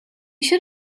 should